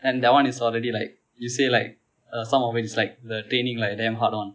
and that [one] is already like you say like uh some of it is like the training like damn hard [one]